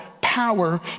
power